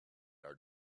are